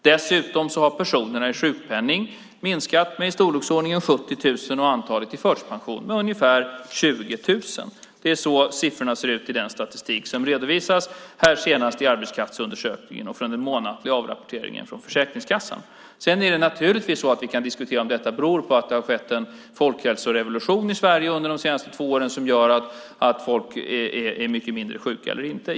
Dessutom har personerna med sjukpenning minskat med i storleksordningen 70 000 och antalet med förtidspension med ungefär 20 000. Det är så siffrorna ser ut i den statistik som redovisas senast i arbetskraftsundersökningen och i den månatliga avrapporteringen från Försäkringskassan. Sedan kan vi naturligtvis diskutera om detta beror på att det har skett en folkhälsorevolution i Sverige under de senaste två åren som gör att folk är mycket mindre sjuka eller inte.